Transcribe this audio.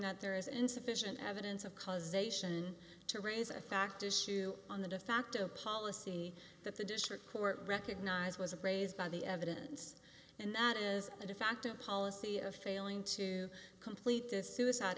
that there is insufficient evidence of causation to raise a fact issue on the de facto policy that the district court recognized was appraised by the evidence and that is a de facto policy of failing to complete this suicide